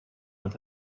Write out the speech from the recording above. with